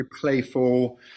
playful